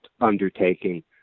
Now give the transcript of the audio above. undertaking